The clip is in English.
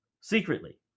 secretly